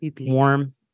warm